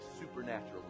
supernatural